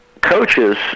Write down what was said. coaches